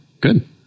good